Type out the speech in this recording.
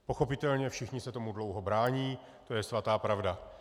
Pochopitelně všichni se tomu dlouho brání, to je svatá pravda.